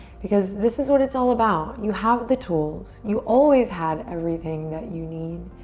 because this is what it's all about. you have the tools. you always had everything that you need,